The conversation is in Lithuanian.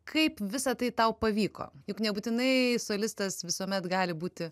kaip visa tai tau pavyko juk nebūtinai solistas visuomet gali būti